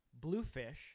bluefish